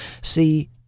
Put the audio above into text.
see